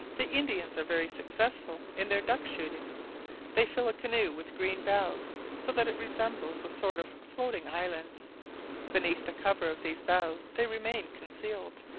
the indians are very successful in their duck-shooting they fill a canoe with green boughs, so that it resembles a sort of floating island beneath the cover of these boughs they remain concealed,